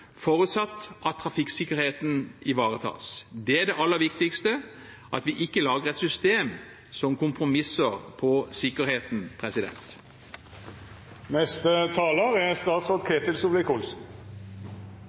forutsatt at trafikksikkerheten ivaretas. Det er det aller viktigste, at vi ikke lager et system som kompromisser på sikkerheten. Denne saken minner oss om at bilen er